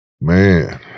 man